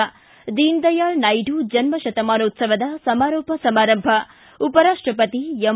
ಿ ದೀನದಯಾಳ ನಾಯ್ದ ಜನ್ನಶತಮಾನೋತ್ಸವದ ಸಮಾರೋಪ ಸಮಾರಂಭ ಉಪರಾಷ್ಷಪತಿ ಎಂ